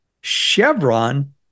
Chevron